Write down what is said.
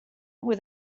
with